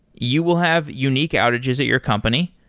you will have unique outages at your company.